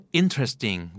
interesting